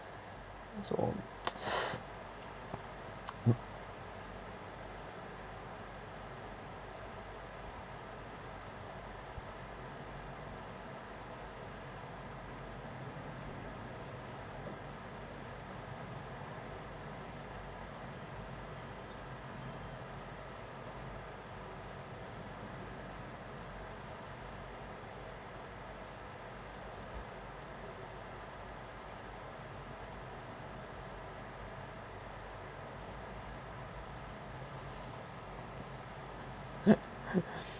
and so